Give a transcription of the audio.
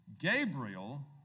Gabriel